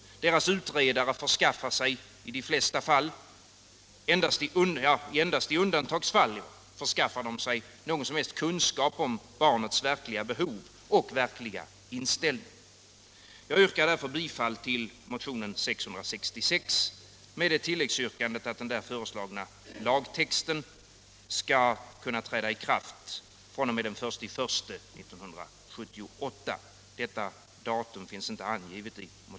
Deras utredare förskaffar sig endast i undantagsfall någon xun skap om barnets verkliga behov och verkliga inställning. Jag yrkar bifall till motionen 666 med det tilläggsyrkandet att den däri föreslagna lagtexten skall kunna träda i kraft den 1 januari 1978.